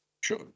Sure